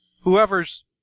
whoever's